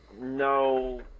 No